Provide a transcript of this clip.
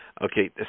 Okay